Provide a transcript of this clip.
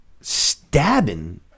stabbing